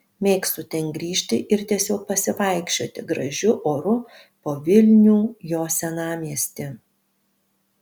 mėgstu ten grįžti ir tiesiog pasivaikščioti gražiu oru po vilnių jo senamiestį